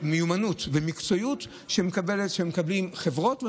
מיומנות ומקצועיות שמקבלות חברות,